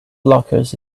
blockers